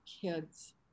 kids